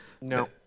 No